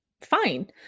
fine